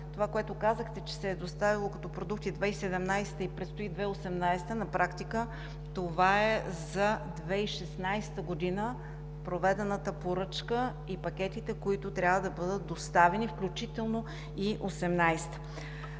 Това, което казахте, че се е доставяло като продукти през 2017 г. и предстои 2018-а, на практика това е за 2016 г. – проведената поръчка и пакетите, които трябва да бъдат доставени, включително и 2018